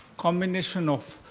combination of